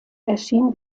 erschien